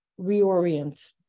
reorient